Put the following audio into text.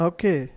Okay